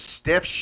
stiff